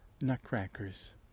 nutcrackers